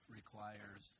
requires